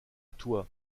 toi